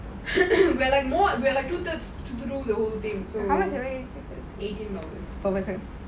we're like more we're like two thirds to do the whole thing so